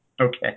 Okay